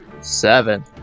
Seven